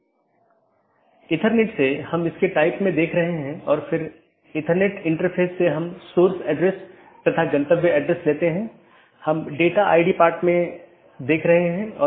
BGP को एक एकल AS के भीतर सभी वक्ताओं की आवश्यकता होती है जिन्होंने IGBP कनेक्शनों को पूरी तरह से ठीक कर लिया है